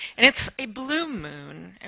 and it's a blue moon. and